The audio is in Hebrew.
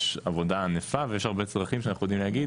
יש עבודה ענפה ויש הרבה צרכים שאנחנו יודעים להגיד